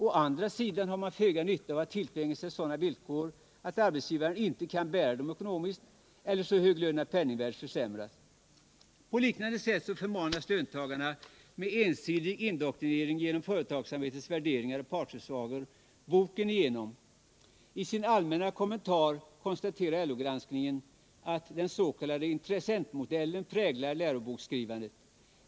Å andra sidan har man föga nytta av att tilltvinga sig sådana villkor att arbetsgivaren inte kan bära dem ekonomiskt, eller så hög lön att penningvärdet försämras.” På liknande sätt förmanas löntagarna med ensidig indoktrinering genom företagsamhetens värderingar och partsutsagor boken igenom. I sina allmänna kommentarer konstaterar LO-granskningen att den s.k. intressentmodellen präglar läroboksskrivandet.